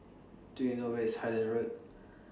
Do YOU know Where IS Highland Road